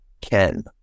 Ken